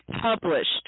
published